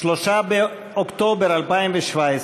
3 באוקטובר 2017,